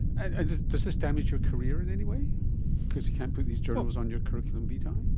and does this damage your career in any way because you can't put these journals on your curriculum vitae?